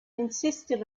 insisted